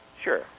Sure